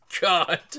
God